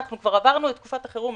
כבר עברנו את תקופת החירום,